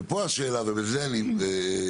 ופה השאלה, ובזה אני אסיים